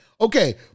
Okay